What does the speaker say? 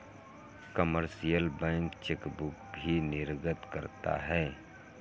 commercial bank chequebook भी निर्गम करता है